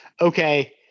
okay